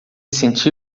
senti